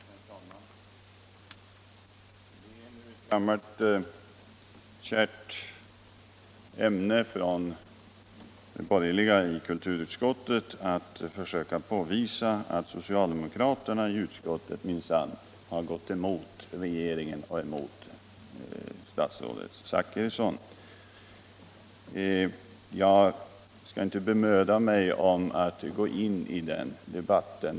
Herr talman! Det är ett gammalt kärt ämne för de borgerliga i kulturutskottet att försöka påvisa att socialdemokraterna i utskottet minsann har gått emot regeringen och statsrådet Zachrisson! Jag skall inte gå in i den debatten.